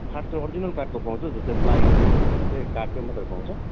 खास चाहिँ ओरिजिनल काठको पाउँछ जस्तै प्लाईको नभएर चाहिँ काठकैै मात्र पाउँछ